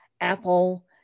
apple